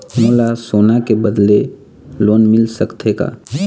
मोला सोना के बदले लोन मिल सकथे का?